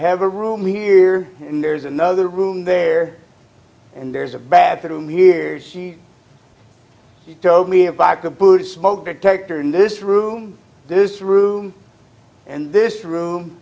have a room here and there's another room there and there's a bathroom hears he told me if i could put a smoke detector in this room this room and this room